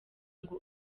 ngo